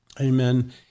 Amen